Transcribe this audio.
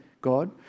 God